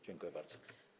Dziękuję bardzo.